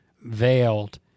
veiled